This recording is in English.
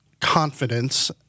confidence